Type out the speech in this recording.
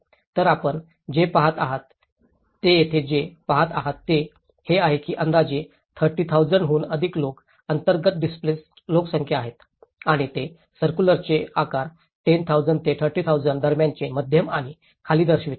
तर आपण जे पहात आहात ते येथे जे आपण पहात आहात ते हे आहे की हे अंदाजे 30000 हून अधिक लोक अंतर्गत डिस्प्लेसिड लोकसंख्या आहेत आणि हे सर्क्युलरचे आकार 10000 ते 30000 दरम्यानचे मध्यम आणि खाली दर्शविते